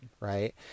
Right